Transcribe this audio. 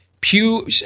Pew